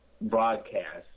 broadcast